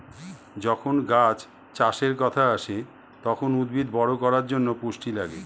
যখন গাছ চাষের কথা আসে, তখন উদ্ভিদ বড় করার জন্যে পুষ্টি লাগে